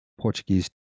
Portuguese